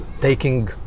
taking